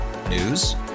News